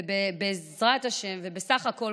ובסך הכול,